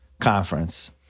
conference